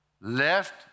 left